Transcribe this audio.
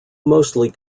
mostly